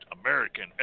American